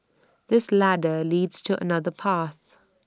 this ladder leads to another path